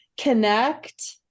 Connect